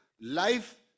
life